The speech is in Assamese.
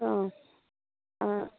অঁ অঁ